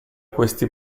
questi